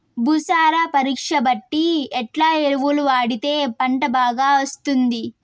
భూసార పరీక్ష బట్టి ఎట్లా ఎరువులు వాడితే పంట బాగా వస్తుంది?